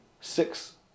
six